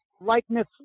likeness